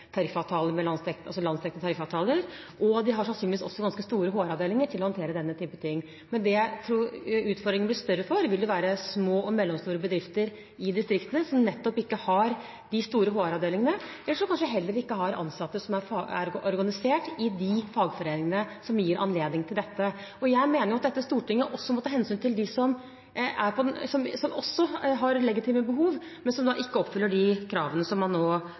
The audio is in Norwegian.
tariffavtaler, og de har sannsynligvis også ganske store HR-avdelinger til å håndtere denne typen ting. Men dem jeg tror utfordringene blir større for, vil være de små og mellomstore bedrifter i distriktene, som ikke har de store HR-avdelingene, eller som kanskje heller ikke har ansatte som er organisert i de fagforeningene som gir anledning til dette. Jeg mener at Stortinget også må ta hensyn til dem som har legitime behov, men som ikke oppfyller de kravene som man nå